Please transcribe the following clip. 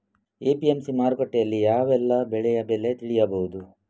APMC ಮಾರುಕಟ್ಟೆಯಲ್ಲಿ ಯಾವೆಲ್ಲಾ ಬೆಳೆಯ ಬೆಲೆ ತಿಳಿಬಹುದು?